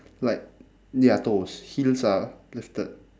like ya toes heels are lifted